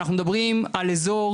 אנחנו מדברים על אזור